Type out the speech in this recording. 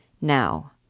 Now